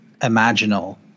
imaginal